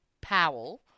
Powell